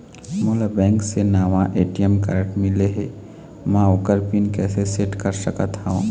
मोला बैंक से नावा ए.टी.एम कारड मिले हे, म ओकर पिन कैसे सेट कर सकत हव?